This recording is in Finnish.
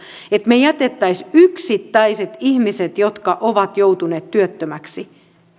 että me jättäisimme yksittäiset ihmiset jotka ovat joutuneet työttömiksi